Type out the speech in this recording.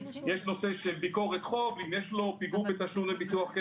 יש נושא של ביקורת חוב אם יש לו פיגור בתשלום לביטוח.